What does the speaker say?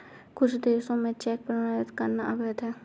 कुछ देशों में चेक प्रमाणित करना अवैध है